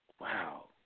Wow